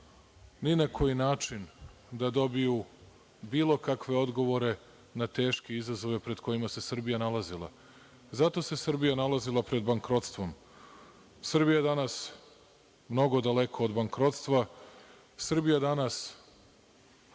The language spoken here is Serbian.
ni na koji način da dobiju bilo kakve odgovore na teške izazove pred kojima se Srbija nalazila. Zato se Srbija nalazila pred bankrotstvom. Srbija je danas mnogo daleko od bankrotstva. Srbija danas